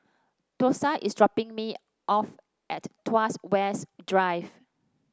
Thursa is dropping me off at Tuas West Drive